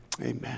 Amen